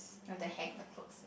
then hang the clothes